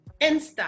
Insta